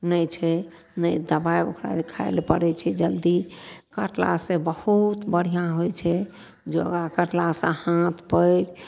नहि छै ने दबाइ ओकरा खाइ लै पड़य छै जल्दी करलासँ बहुत बढ़िआँ होइ छै योगा करलासँ हाथ पयर